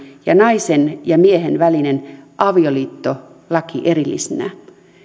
ja naisen ja miehen välinen avioliittolaki erillisinä